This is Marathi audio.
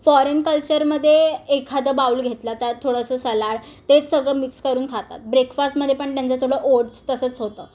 फॉरेन कल्चरमध्ये एखादं बाउल घेतला त्यात थोडंसं सलाड तेच सगळं मिक्स करून खातात ब्रेकफास्टमध्ये पण त्यांचं थोडं ओड्स तसंच होतं